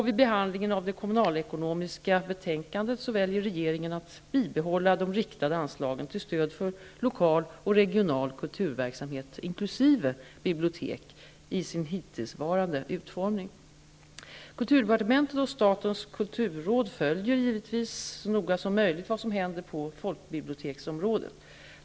Vid behandlingen av det kommunalekonomiska betänkandet väljer regeringen att bibehålla de riktade anslagen till stöd för lokal och regional kulturverksamhet, inkl. bibliotek, i sin hittillsvarande utformning. Kulturdepartementet och statens kulturråd följer givetvis så noga som möjligt vad som händer på folkbiblioteksområdet.